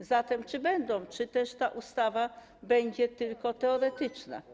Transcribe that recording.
A zatem czy będą, czy też ta ustawa będzie tylko teoretyczna?